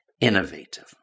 innovative